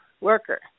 worker